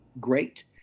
great